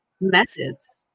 methods